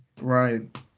Right